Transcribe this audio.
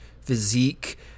physique